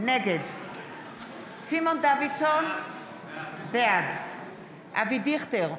נגד סימון דוידסון, בעד אבי דיכטר,